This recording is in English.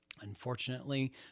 Unfortunately